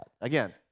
Again